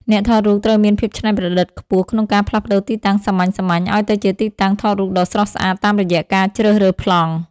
អ្នកថតរូបត្រូវមានភាពច្នៃប្រឌិតខ្ពស់ក្នុងការផ្លាស់ប្តូរទីតាំងសាមញ្ញៗឱ្យទៅជាទីតាំងថតរូបដ៏ស្រស់ស្អាតតាមរយៈការជ្រើសរើសប្លង់។